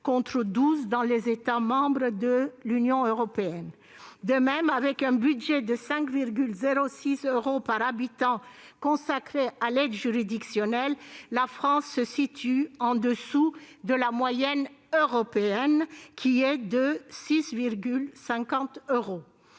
contre douze dans les États membres de l'Union européenne. De même, avec un budget de 5,6 euros par habitant consacré à l'aide juridictionnelle, la France se situe au-dessous de la moyenne européenne, qui est de 6,5 euros.